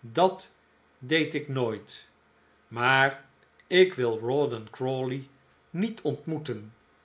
dat deed ik nooit maar ik wil rawdon crawley niet ontmoeten